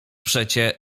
przecie